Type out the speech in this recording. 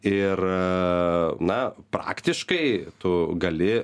ir na praktiškai tu gali